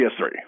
PS3